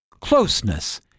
closeness